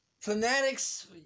Fanatics